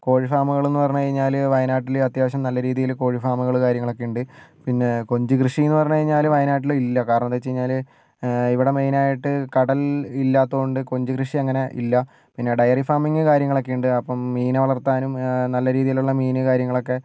കോഴി ഫാമുകളെന്ന് പറഞ്ഞുകഴിഞ്ഞാൽ വയനാട്ടിൽ അത്യാവശ്യം നല്ല രീതിയിൽ കോഴി ഫാമുകൾ കാര്യങ്ങളൊക്കെ ഉണ്ട് പിന്നെ കൊഞ്ചുകൃഷി എന്ന് പറഞ്ഞ് കഴിഞ്ഞാൽ വയനാട്ടിൽ ഇല്ല കാരണം എന്ന് വെച്ചുകഴിഞ്ഞാൽ ഇവിടെ മെയിൻ ആയിട്ട് കടൽ ഇല്ലാത്തതുകൊണ്ട് കൊഞ്ചുകൃഷി അങ്ങനെ ഇല്ല പിന്നെ ഡയറി ഫാമിങ് കാര്യങ്ങളൊക്കെയുണ്ട് അപ്പം മീൻ വളർത്താനും നല്ല രീതിലുള്ള മീൻ കാര്യങ്ങളൊക്കെ